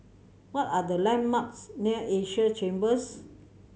what are the landmarks near Asia Chambers